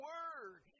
Word